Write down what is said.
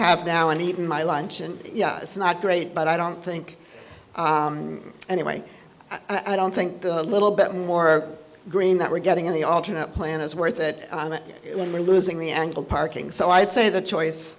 have now and even my lunch and yeah it's not great but i don't think anyway i don't think a little bit more green that we're getting in the alternate plan is worth it when we're losing the angle parking so i'd say the choice